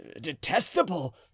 detestable